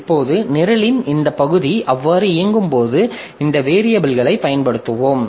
இப்போது நிரலின் இந்த பகுதி அவ்வாறு இயங்கும்போது இந்த வேரியபில்களைப் பயன்படுத்துவோம்